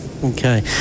Okay